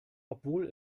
obwohl